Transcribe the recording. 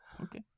Okay